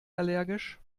allergisch